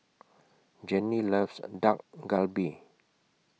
Jennie loves Dak Galbi